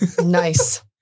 Nice